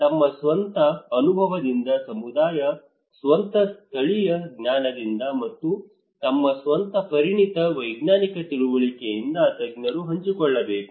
ತಮ್ಮ ಸ್ವಂತ ಅನುಭವದಿಂದ ಸಮುದಾಯ ಸ್ವಂತ ಸ್ಥಳೀಯ ಜ್ಞಾನದಿಂದ ಮತ್ತು ತಮ್ಮ ಸ್ವಂತ ಪರಿಣತಿಯ ವೈಜ್ಞಾನಿಕ ತಿಳುವಳಿಕೆಯಿಂದ ತಜ್ಞರು ಹಂಚಿಕೊಳ್ಳಬೇಕು